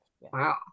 Wow